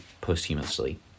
posthumously